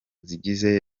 zigize